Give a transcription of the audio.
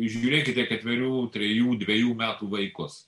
žiūrėkite ketverių trejų dvejų metų vaikus